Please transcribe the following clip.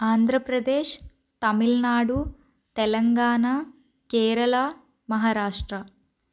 Andhra Pradesh Tamil Nadu Telangana Kerala Maharashtra